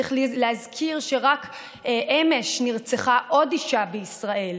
וצריך להזכיר שרק אמש נרצחה עוד אישה בישראל,